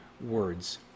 words